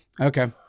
Okay